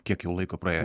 kiek jau laiko praėjo